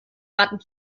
ratten